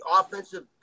offensive